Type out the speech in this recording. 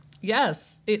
Yes